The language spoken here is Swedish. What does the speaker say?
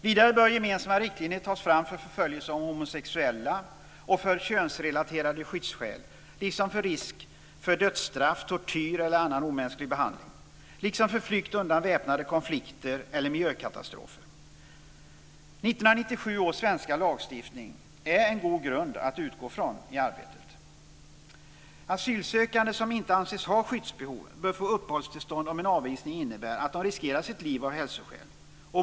Vidare bör gemensamma riktlinjer tas fram när det gäller förföljelse av homosexuella och könsrelaterade skyddsskäl liksom när det gäller risk för dödsstraff, tortyr eller annan omänsklig behandling och när det gäller flykt undan väpnade konflikter eller miljökatastrofer. 1997 års svenska lagstiftning är en god grund att utgå från i arbetet. Asylsökande som inte anses ha skyddsbehov bör få uppehållstillstånd om en avvisning innebär att de riskerar sina liv av hälsoskäl.